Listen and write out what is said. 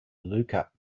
luca